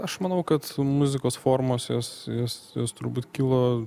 aš manau kad muzikos formos jos jos jos turbūt kilo